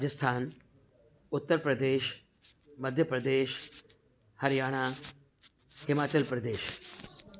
Rajasthan Uttar Pradesh Madhya Pradesh Haryana Himachal Pradesh